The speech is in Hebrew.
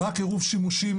רק עירוב שימושים,